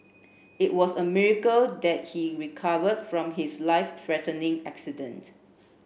it was a miracle that he recovered from his life threatening accident